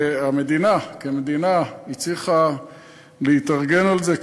והמדינה כמדינה הצליחה להתארגן לזה,